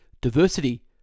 diversity